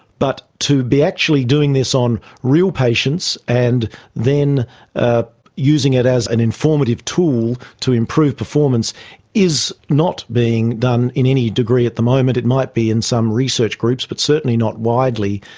but to be actually doing this on real patients and then ah using it as an informative tool to improve performance is not being done in any degree at the moment. it might be in some research groups but certainly not widely.